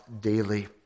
daily